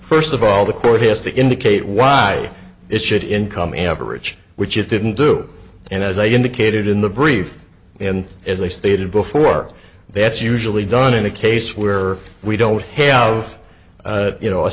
first of all the court has to indicate why it should income average which it didn't do and as i indicated in the brief and as i stated before they it's usually done in a case where we don't head out of you know a